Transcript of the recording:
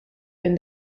been